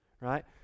right